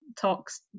talks